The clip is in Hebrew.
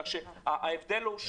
כך שיש כאן הבדל.